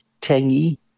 tangy